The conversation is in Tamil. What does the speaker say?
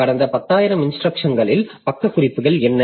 கடந்த 10 000 இன்ஸ்டிரக்ஷன்களில் பக்க குறிப்புகள் என்ன